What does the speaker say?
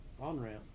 on-ramp